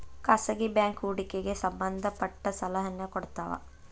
ಖಾಸಗಿ ಬ್ಯಾಂಕ್ ಹೂಡಿಕೆಗೆ ಸಂಬಂಧ ಪಟ್ಟ ಸಲಹೆನ ಕೊಡ್ತವ